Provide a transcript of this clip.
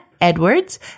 Edwards